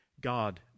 God